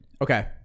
Okay